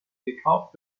gekauft